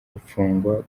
gupfungwa